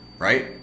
Right